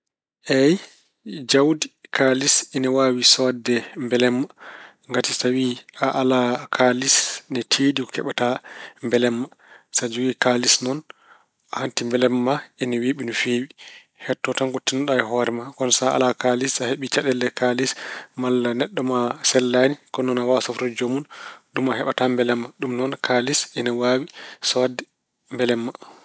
Eey, jawdi, kaalis ine mbaawi soodde mbelamma. Ngati tawi a alaa kaalis ne tiiɗi ko keɓataa mbelamma. Sa aɗa jogii kaalis noon, hanti mbelamma ma ine weeɓi no feewi. Heddotoo tan ko tinnoɗa e hoore ma. Kono sa alaa kaalis so heɓi caɗeele kaalis malla neɗɗo ma sellaani kono noon a waawaa safrude joomun. Ɗum a heɓata mbelamma. Ɗum noon kaalis ine waawi soodde mbelamma.